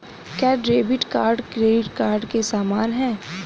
क्या debit card credit card के समान है?